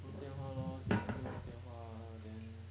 用电话 lor 整天用电话 then